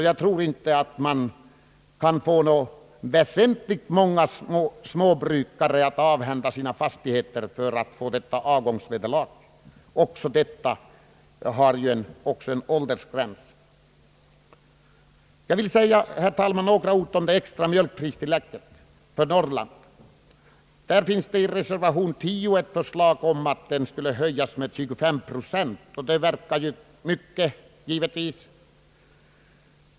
Jag tror inte att man kommer att få så särskilt många jordbrukare att avhända sig sina fastigheter för att erhålla detta avgångsvederlag. Också detta har ju en åldersgräns. Jag vill säga, herr talman, några ord om det extra mjölkpristillägget för Norrland. I reservation 10 finns ett förslag att det skall höjas med 25 precent. Det verkar givetvis mycket.